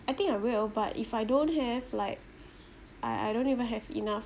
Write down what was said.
I think I will but if I don't have like I I don't even have enough